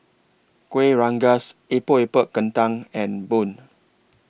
Kueh Rengas Epok Epok Kentang and Bun